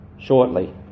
Shortly